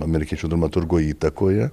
amerikiečių dramaturgo įtakoje